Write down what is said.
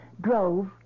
drove